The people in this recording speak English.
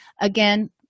Again